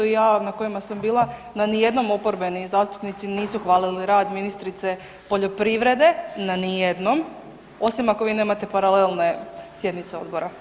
Ja na kojima sam bila na nijednom oporbeni zastupnici nisu hvalili rad ministrice poljoprivrede, na nijednom osim ako vi nemate paralelne sjednice odbora.